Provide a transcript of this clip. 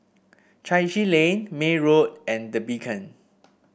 Chai Chee Lane May Road and The Beacon